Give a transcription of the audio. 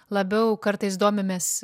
labiau kartais domimės